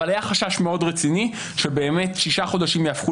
אבל היה חשש מאוד רציני שבאמת שישה חודשים יהפכו